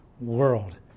world